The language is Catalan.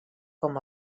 com